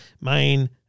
main